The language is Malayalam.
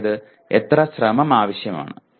അതായത് എത്ര ശ്രമം ആവശ്യമാണ്